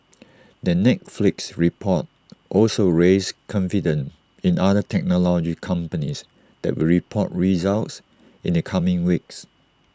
the Netflix report also raised confidence in other technology companies that will report results in the coming weeks